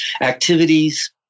Activities